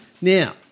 Now